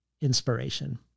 inspiration